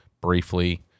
briefly